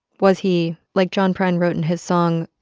was he, like john prine wrote in his song,